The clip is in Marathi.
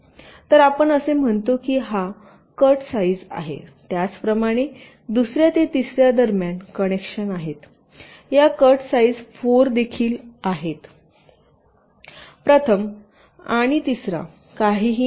तर आपण असे म्हणतो की हा कट साईज आहे त्याचप्रमाणे दुसर्या ते तिसर्या दरम्यान कनेक्शन आहेत या कट साईज 4 देखील आहेत प्रथम आणि तिसरा काहीही नाही